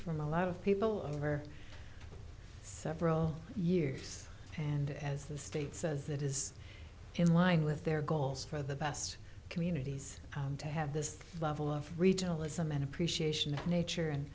from a lot of people over several years and as the state says it is in line with their goals for the best communities to have this level of regionalism and appreciation of nature and